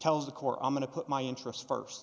tells the core i'm going to put my interests